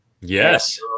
Yes